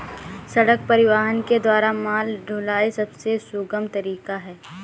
सड़क परिवहन के द्वारा माल ढुलाई सबसे सुगम तरीका है